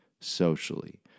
socially